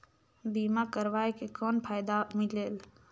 बीमा करवाय के कौन फाइदा मिलेल?